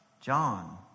John